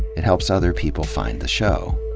it helps other people find the show.